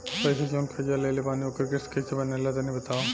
पैसा जऊन कर्जा लेले बानी ओकर किश्त कइसे बनेला तनी बताव?